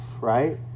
right